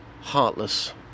heartless